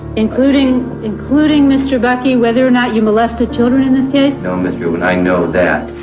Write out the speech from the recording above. including, including mr. buckey, whether or not you molested children in this case? no, ms. rubin, i know that,